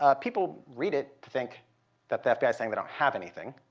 ah people read it to think that the fbi's saying they don't have anything.